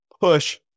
push